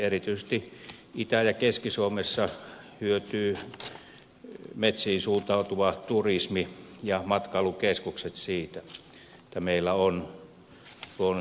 erityisesti itä ja keski suomessa hyötyvät metsiin suuntautuva turismi ja matkailukeskukset siitä että meillä on luonnonsuojelualueita